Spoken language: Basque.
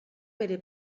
bere